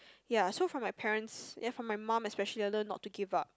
ya so from my parents ya from my mum especially I learn not to give up